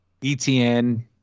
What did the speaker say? Etn